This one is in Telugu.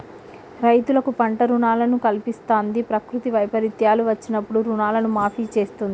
రైతులకు పంట రుణాలను కల్పిస్తంది, ప్రకృతి వైపరీత్యాలు వచ్చినప్పుడు రుణాలను మాఫీ చేస్తుంది